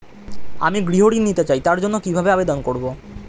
আমি গৃহ ঋণ নিতে চাই তার জন্য কিভাবে আবেদন করব?